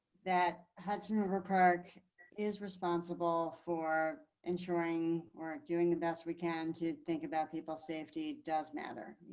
that hudson river park is responsible for ensuring or doing the best we can to think about people safety does matter.